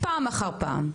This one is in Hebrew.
פעם אחר פעם.